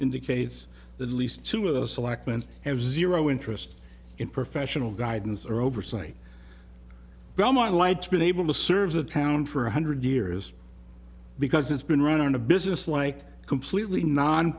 indicates that at least two of the selectmen have zero interest in professional guidance or oversight belmont lights been able to serve the town for one hundred years because it's been run on a business like completely non